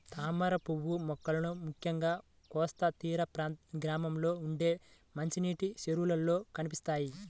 తామరపువ్వు మొక్కలు ముఖ్యంగా కోస్తా తీర గ్రామాల్లో ఉండే మంచినీటి చెరువుల్లో కనిపిస్తాయి